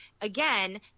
again